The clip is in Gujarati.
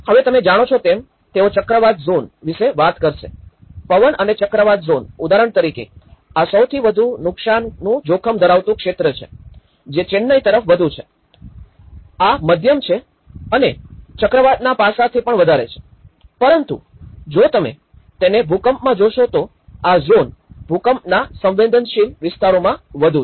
હવે તમે જાણો છો તેમ તેઓ ચક્રવાત ઝોન વિશે વાત કરશે પવન અને ચક્રવાત ઝોન ઉદાહરણ તરીકે આ સૌથી વધુ નુકસાનનું જોખમ ધરાવતું ક્ષેત્ર છે જે ચેન્નાઈ તરફ વધુ છે અને આ મધ્યમ છે અને ચક્રવાતનાં પાસાથી પણ વધારે છે પરંતુ જો તમે તેને ભૂકંપમાં જોશો તો આ ઝોન ભૂકંપના સંવેદનશીલ વિસ્તારોમાં વધુ છે